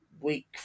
Week